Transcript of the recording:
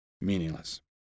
meaningless